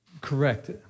Correct